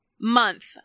Month